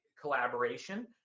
collaboration